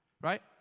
Right